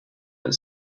that